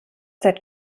seit